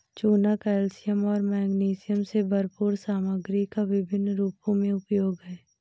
चूना कैल्शियम और मैग्नीशियम से भरपूर सामग्री का विभिन्न रूपों में उपयोग है